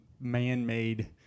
man-made